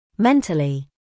Mentally